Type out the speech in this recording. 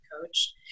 coach